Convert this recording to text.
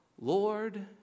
Lord